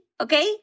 Okay